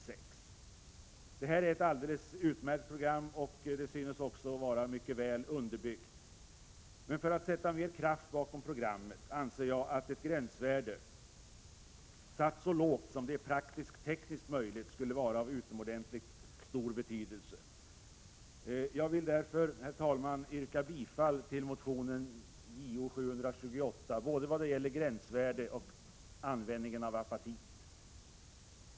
Detta är ett alldeles utmärkt program, som också synes vara mycket väl underbyggt. För att sätta mer kraft bakom programmet anser jag att ett gränsvärde — satt så lågt som det är praktiskt och tekniskt möjligt — skulle vara av utomordentligt stor betydelse. Jag vill därför, herr talman, yrka bifall till motion Jo728 vad det gäller både gränsvärde och användningen av apatit.